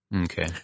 Okay